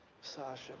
Sasha